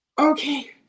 Okay